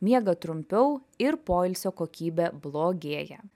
miega trumpiau ir poilsio kokybė blogėja